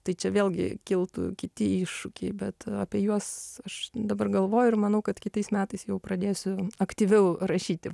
tai čia vėlgi kiltų kiti iššūkiai bet apie juos aš dabar galvoju ir manau kad kitais metais jau pradėsiu aktyviau rašyti